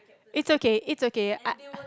it's okay it's okay I